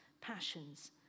passions